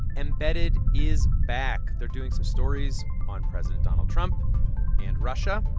embedded is back. they're doing some stories on president donald trump and russia.